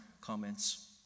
comments